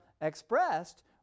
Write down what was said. expressed